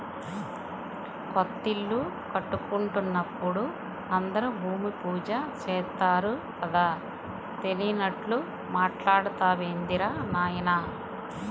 కొత్తిల్లు కట్టుకుంటున్నప్పుడు అందరూ భూమి పూజ చేత్తారు కదా, తెలియనట్లు మాట్టాడతావేందిరా నాయనా